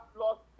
lost